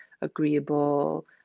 agreeable